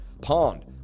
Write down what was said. Pond